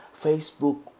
Facebook